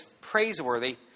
praiseworthy